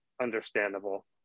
understandable